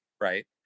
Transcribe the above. Right